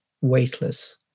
weightless